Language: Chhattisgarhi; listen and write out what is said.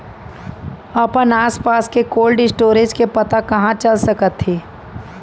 अपन आसपास के कोल्ड स्टोरेज के पता कहाँ चल सकत हे?